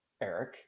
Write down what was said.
Eric